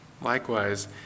Likewise